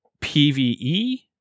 PvE